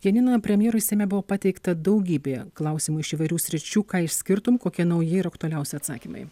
janina premjerui seime buvo pateikta daugybė klausimų iš įvairių sričių ką išskirtum kokie nauji ir aktualiausi atsakymai